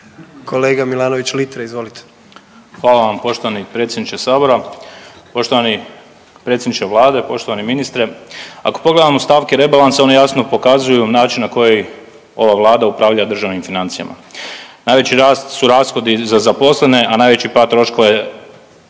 Marko (Hrvatski suverenisti)** Hvala vam poštovani predsjedniče sabora, poštovani predsjedniče vlade, poštovani ministre. Ako pogledamo stavke rebalansa one jasno pokazuju način na koji ova vlada upravlja državnim financijama. Najveći rast su rashodi za zaposlene, a najveći pad troškova je